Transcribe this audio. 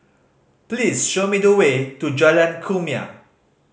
please show me the way to Jalan Kumia